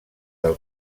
del